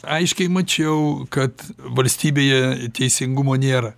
aiškiai mačiau kad valstybėje teisingumo nėra